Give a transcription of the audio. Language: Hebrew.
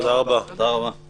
אני נועל את